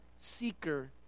seeker